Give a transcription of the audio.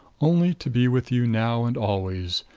only to be with you now and always.